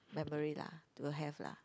memory lah to have lah